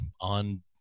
on